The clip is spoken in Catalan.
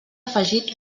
afegit